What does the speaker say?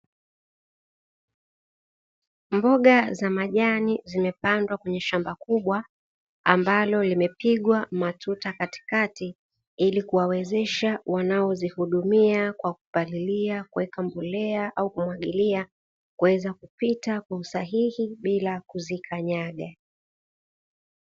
Mboga za majani zimepandwa kwenye shamba kubwa ambalo limepigwa matuta katikati ili kuwawezesha wanaozihudumia kwa kupalilia, kuweka mbolea au kumwagilia kuweza kupita kwa usahihi bila kuzikanyaga.